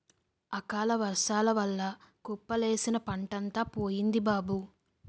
అకాలవర్సాల వల్ల కుప్పలేసిన పంటంతా పోయింది బాబూ